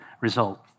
result